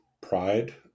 pride